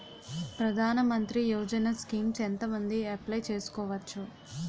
ప్రధాన మంత్రి యోజన స్కీమ్స్ ఎంత మంది అప్లయ్ చేసుకోవచ్చు?